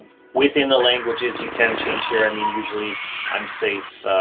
within the languages you can change here. i mean usually i'm safe, ah,